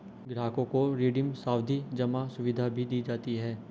ग्राहकों को रिडीम सावधी जमा सुविधा भी दी जाती है